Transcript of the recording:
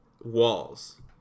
walls